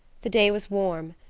the day was warm,